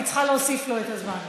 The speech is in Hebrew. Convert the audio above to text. אני צריכה להוסיף לו את הזמן.